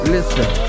Listen